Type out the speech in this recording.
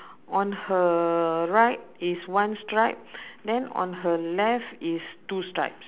on her right is one stripe then on her left is two stripes